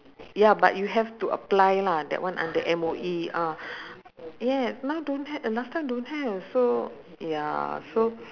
ya but you have to apply lah that one under M_O_E ah yes mine don't have last time don't have so ya so